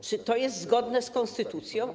Czy to jest zgodne z konstytucją?